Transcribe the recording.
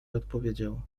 odpowiedział